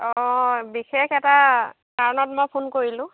অঁ বিশেষ এটা কাৰণত মই ফোন কৰিলোঁ